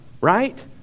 right